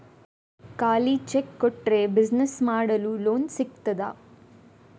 ಖಾಲಿ ಚೆಕ್ ಕೊಟ್ರೆ ಬಿಸಿನೆಸ್ ಮಾಡಲು ಲೋನ್ ಸಿಗ್ತದಾ?